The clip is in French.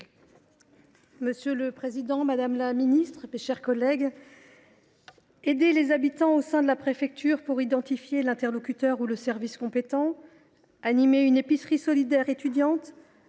Monsieur le président, madame la ministre, mes chers collègues, aider les habitants au sein de la préfecture pour identifier l’interlocuteur ou le service compétent, animer une épicerie solidaire étudiante,